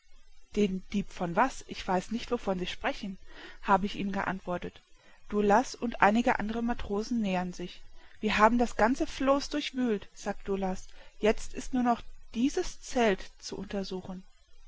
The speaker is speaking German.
den dieb von was ich weiß nicht wovon sie sprechen habe ich ihm geantwortet daoulas und einige andere matrosen nähern sich wir haben das ganze floß durchwühlt sagt daoulas jetzt ist nur noch dieses zelt zu untersuchen